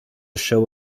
show